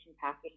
package